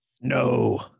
No